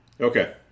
Okay